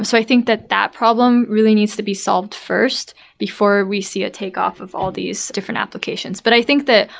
so i think that that problem really needs to be solved first before we see a takeoff of all these different applications. but i think that,